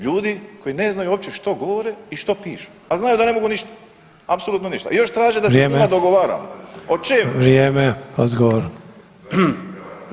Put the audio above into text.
Ljudi koji ne znaju uopće što govore i što pišu, a znaju da ne mogu ništa, apsolutno ništa i još traže da se s njima dogovaramo [[Upadica Sanader: Vrijeme.]] O čemu?